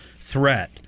threat